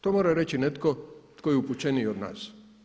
To mora reći netko tko je upućeniji od nas.